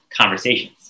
conversations